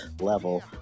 level